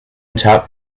top